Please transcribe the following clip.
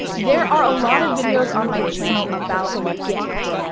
there are a lot of videos on my channel about get.